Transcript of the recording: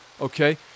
Okay